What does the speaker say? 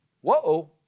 Whoa